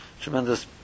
tremendous